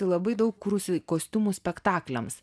labai daug kūrusi kostiumų spektakliams